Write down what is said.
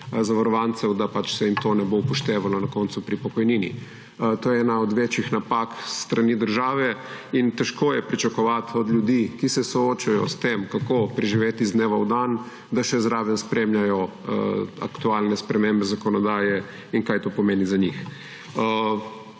zavarovancev, da se jim to ne bo upoštevalo pri pokojnini. To je ena od večjih napak s strani države in težko je pričakovati od ljudi, ki se soočajo s tem, kako preživeti iz dneva v dan, da še zraven spremljajo aktualne spremembe zakonodaje in kaj to pomeni za njih.